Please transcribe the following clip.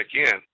again